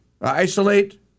isolate